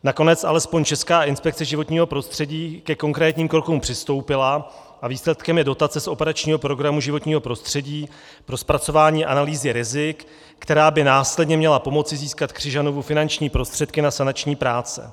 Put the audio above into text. Nakonec alespoň Česká inspekce životního prostředí ke konkrétním krokům přistoupila a výsledkem je dotace z operačního programu Životní prostředí pro zpracování analýzy rizik, která by následně měla pomoci získat Křižanovu finanční prostředky na sanační práce.